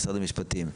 משרד המשפטים.